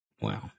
Wow